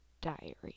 diary